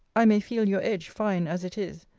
i may feel your edge, fine as it is.